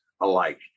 alike